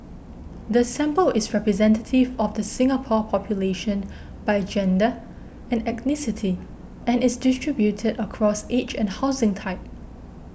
the sample is representative of the Singapore population by gender and and is distributed across age and housing type